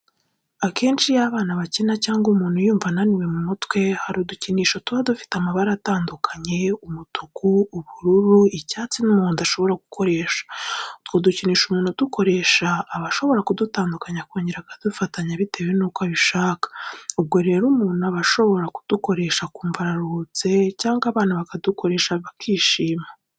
Akenshi iyo abana bakina cyangwa umuntu yumva ananiwe mu mutwe, hari udukinisho tuba dufite amabara atandukanye: umutuku, ubururu, icyatsi n'umuhondo ashobora gukoresha. Utwo dukinisho umuntu udukoresha, aba ashobora kudutandukanya akongera akadufatanya bitewe nuko abishaka. Ubwo rero umuntu aba ashobora kudukoresha akumva araruhutse cyangwa abana bakadukoresha bakishima.